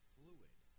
fluid